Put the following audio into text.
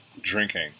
drinking